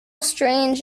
strange